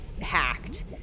hacked